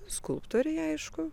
skulptoriai aišku